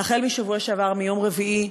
החל בשבוע שעבר, מיום רביעי.